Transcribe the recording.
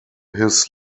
his